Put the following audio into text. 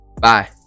bye